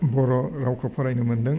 बर' रावखौ फरायनो मोन्दों